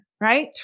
right